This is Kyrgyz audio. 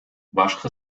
башкы